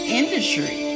industry